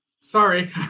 Sorry